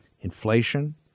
Inflation